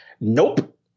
Nope